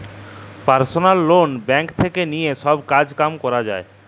personal loan bank থেক্যে লিয়ে সব কাজ কাম ক্যরা যায়